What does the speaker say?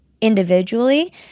individually